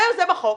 ויוזם החוק,